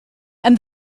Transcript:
and